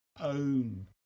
own